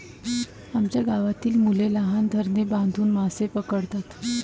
आमच्या गावातील मुले लहान धरणे बांधून मासे पकडतात